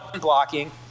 blocking